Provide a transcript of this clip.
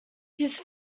his